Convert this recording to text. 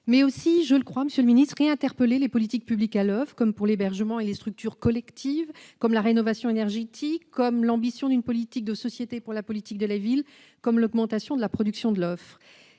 Monsieur le ministre, il faut également réinterroger les politiques publiques à l'oeuvre, comme sur l'hébergement et les structures collectives, la rénovation énergétique, l'ambition d'une politique de société pour la politique de la ville, l'augmentation de la production de l'offre.